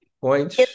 points